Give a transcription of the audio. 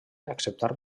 acceptar